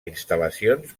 instal·lacions